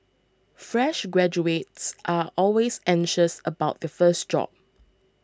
fresh graduates are always anxious about the first job